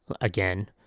again